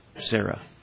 Sarah